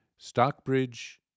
Stockbridge